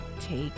take